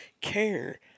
care